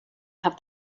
have